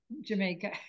Jamaica